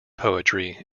poetry